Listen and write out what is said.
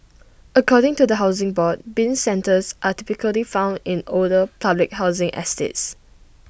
according to the Housing Board Bin centres are typically found in older public housing estates